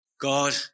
God